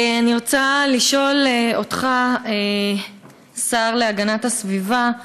אני רוצה לשאול אותך, השר להגנת הסביבה,